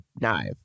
knife